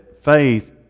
faith